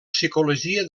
psicologia